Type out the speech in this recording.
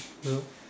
you know